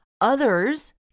others